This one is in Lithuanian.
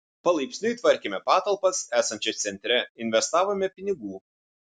palaipsniui tvarkėme patalpas esančias centre investavome pinigų